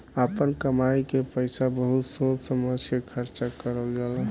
आपना कमाई के पईसा बहुत सोच समझ के खर्चा करल जाला